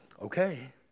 Okay